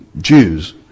Jews